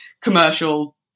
commercial